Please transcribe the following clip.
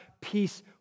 peace